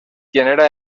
genera